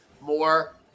more